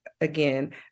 again